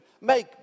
make